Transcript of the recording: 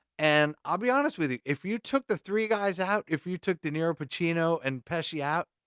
and i'll be honest with you. if you took the three guys out, if you took de niro, pacino, and pesci out,